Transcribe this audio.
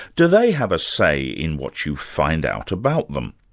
do they have a say in what you find out about them?